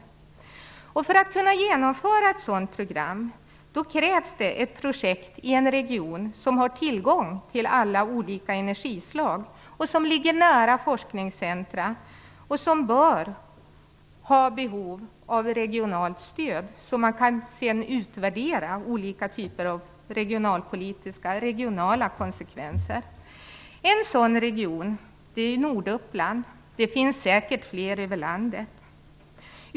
För att vi skall kunna genomföra ett sådant program krävs ett projekt i en region som har tillgång till alla olika energislag, som ligger nära forskningscentra och som bör ha behov av regionalt stöd så att olika regionala konsekvenser kan utvärderas. En sådan region utgörs av Norduppland. Det finns säkert flera över landet.